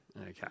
Okay